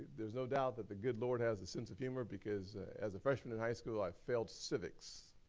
there's no doubt that the good lord has a sense of humor because, as a freshman in high school, i failed civics.